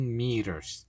meters